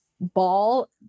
ball